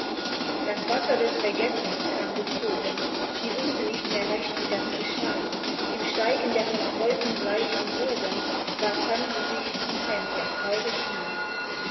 das wasser des vergessens kam gezogen sie wußten nicht mehr recht wie das geschah im steigen der von träumen bleichen wogen war fremde sich und heimkehr traurig nah